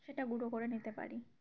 সেটা গুঁড়ো করে নিতে পারি